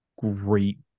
great